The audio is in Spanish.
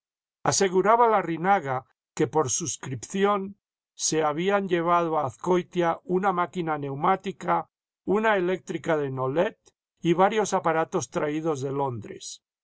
aseguraba larrinaga que por suscripción se habían llevado a azcoitia una máquina neumática una eléctrica de nouet y varios aparatos traídos de londres